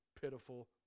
pitiful